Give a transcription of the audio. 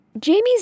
Jamie's